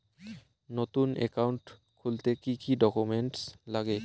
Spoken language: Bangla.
নতুন একাউন্ট খুলতে কি কি ডকুমেন্ট লাগে?